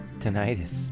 Tinnitus